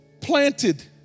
Planted